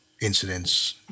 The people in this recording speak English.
incidents